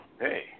Hey